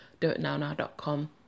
doitnownow.com